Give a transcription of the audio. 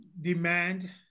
demand